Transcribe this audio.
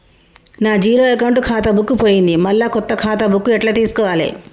నా zero account ఖాతా book పోయింది మళ్ళా కొత్త ఖాతా బుక్కు ఎట్ల తీసుకోవాలే?